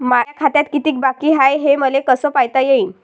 माया खात्यात कितीक बाकी हाय, हे मले कस पायता येईन?